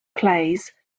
plays